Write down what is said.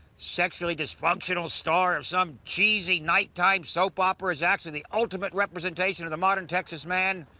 sexually dysfunctional star of some cheesy night-time soap opera is actually the ultimate representation of the modern texas man?